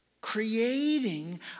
creating